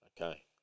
Okay